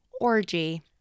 orgy